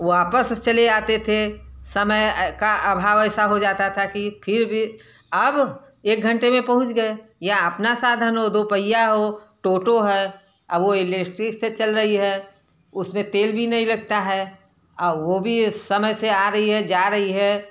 वापस चले आते थे समय का अभाव ऐसा हो जाता था कि फिर भी अब एक घंटे में पहुँच गए या अपना साधन हो दो पहिया हो टो टो है अब वो भी इलेक्ट्रिक से चल रही है उसमें तेल भी नहीं लगता है वो भी समय से आ रही है जा रही है